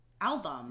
album